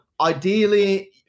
ideally